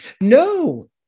No